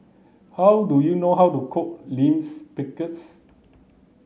how do you know how to cook Limes Pickles